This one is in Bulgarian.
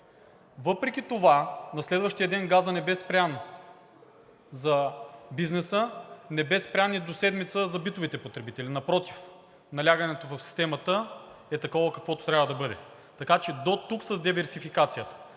Въпреки това на следващия ден газът не бе спрян за бизнеса, не бе спрян и до седмица за битовите потребители. Напротив, налягането в системата е такова, каквото трябва да бъде. Така че дотук с диверсификацията